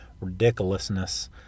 Ridiculousness